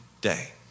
day